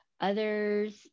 others